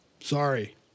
Sorry